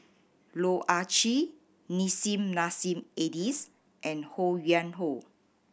Loh Ah Chee Nissim Nassim Adis and Ho Yuen Hoe